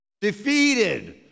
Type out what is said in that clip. Defeated